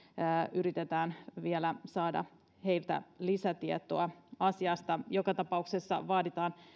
yritetään vielä saada heiltä lisätietoa asiasta joka tapauksessa vaaditaan